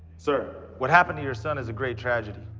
sir, what happened to your son is a great tragedy.